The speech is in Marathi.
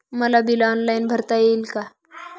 मला बिल ऑनलाईन भरता येईल का?